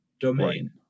domain